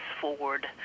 forward